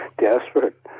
desperate